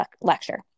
lecture